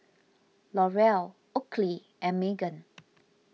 L'Oreal Oakley and Megan